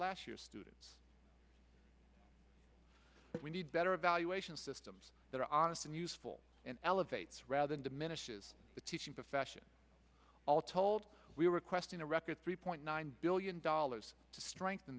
last year students but we need better evaluation systems that are honest and useful and elevates rather than diminishes the teaching profession all told we were requesting a record three point nine billion dollars to strengthen